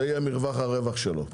זה יהיה מרווח הרווח שלו.